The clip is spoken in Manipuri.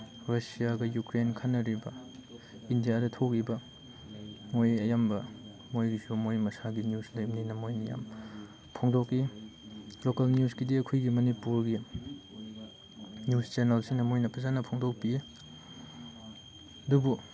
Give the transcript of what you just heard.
ꯔꯁꯤꯌꯥꯒ ꯌꯨꯀ꯭ꯔꯦꯟꯒ ꯈꯠꯅꯔꯤꯕ ꯏꯟꯗꯤꯌꯥꯗ ꯊꯣꯛꯂꯤꯕ ꯃꯣꯏ ꯑꯌꯥꯝꯕ ꯃꯣꯏꯒꯤꯁꯨ ꯃꯣꯏ ꯃꯁꯥꯒꯤ ꯅ꯭ꯌꯨꯁ ꯂꯩꯕꯅꯤꯅ ꯃꯣꯏꯅ ꯌꯥꯝ ꯐꯣꯡꯗꯣꯛꯄꯤ ꯂꯣꯀꯦꯜ ꯅ꯭ꯌꯨꯁꯀꯤꯗꯤ ꯑꯩꯈꯣꯏꯒꯤ ꯃꯅꯤꯄꯨꯔꯒꯤ ꯅ꯭ꯌꯨꯁ ꯆꯦꯅꯦꯜꯁꯤꯡꯅ ꯃꯣꯏꯅ ꯐꯖꯅ ꯐꯣꯡꯗꯣꯛꯄꯤꯌꯦ ꯑꯗꯨꯕꯨ